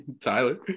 Tyler